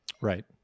Right